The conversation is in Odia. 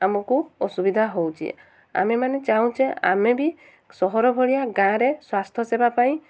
ଆମକୁ ଅସୁବିଧା ହେଉଛି ଆମେମାନେ ଚାହୁଁଛେ ଆମେ ବି ସହର ଭଳିଆ ଗାଁ'ରେ ସ୍ୱାସ୍ଥ୍ୟ ସେବା ପାଇଁ